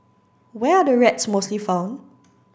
where are the rats mostly found